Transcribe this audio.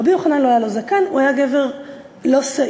רבי יוחנן, לא היה לו זקן, הוא היה גבר לא שעיר.